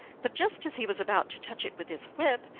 but just as he was about to touch it with his whip,